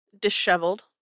disheveled